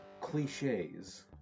cliches